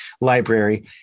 library